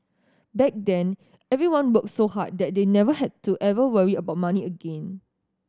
back then everyone worked so hard that they never had to ever worry about money again